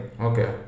Okay